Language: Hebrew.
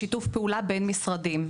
בשיתוף הפעולה בין המשרדים,